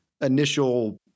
initial